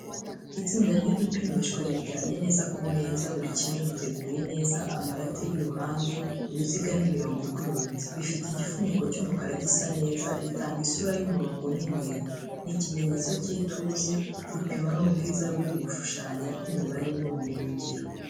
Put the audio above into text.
Itsinda ry'udupimishwa riryamye neza ku meza, buri kimwe giteguye neza, ama rate y’uruhande, uruziga n’imirongo igororotse. Bifite igifuniko cy’umukara gisa neza, bitanga isura y’umurongo n’intego. Ni ikimenyetso cy’ituze, gupima n’ubwiza buri mu gushushanya kw’imibare n'ubumenyingiro.